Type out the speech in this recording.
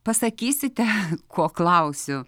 pasakysite ko klausiu